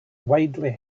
widely